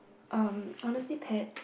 um honestly pets